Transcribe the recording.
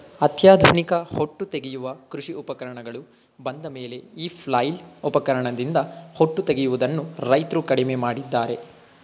ಅತ್ಯಾಧುನಿಕ ಹೊಟ್ಟು ತೆಗೆಯುವ ಕೃಷಿ ಉಪಕರಣಗಳು ಬಂದಮೇಲೆ ಈ ಫ್ಲೈಲ್ ಉಪಕರಣದಿಂದ ಹೊಟ್ಟು ತೆಗೆಯದನ್ನು ರೈತ್ರು ಕಡಿಮೆ ಮಾಡಿದ್ದಾರೆ